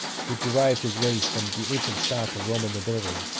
who derived his race from the ancient stock of roman nobility.